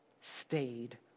stayed